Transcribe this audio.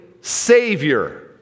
Savior